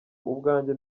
ubwanjye